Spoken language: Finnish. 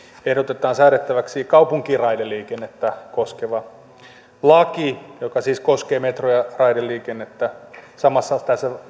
ehdotetaan säädettäväksi kaupunkiraideliikennettä koskeva laki joka siis koskee metro ja raideliikennettä samalla